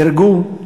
נהרגו,